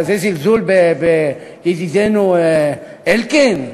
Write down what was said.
כזה זלזול בידידנו אלקין?